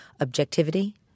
objectivity